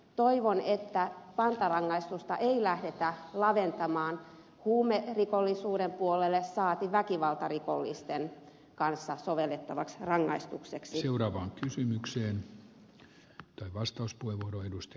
toivon että pantarangaistusta ei lähdetä laventamaan huumerikollisuuden puolelle saati väkivaltarikollisten kanssa sovellettavaksi rangaistukseksi